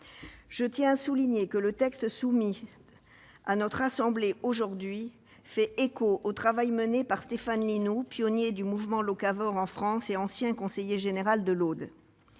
Je tiens à souligner que le texte soumis aujourd'hui à notre assemblée fait écho au travail mené par Stéphane Linou, pionnier du mouvement locavore en France et ancien conseiller général de l'Aude.